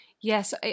Yes